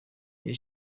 iri